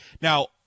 Now